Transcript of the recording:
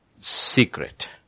secret